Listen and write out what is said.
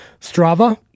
Strava